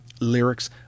lyrics